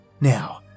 Now